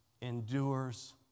endures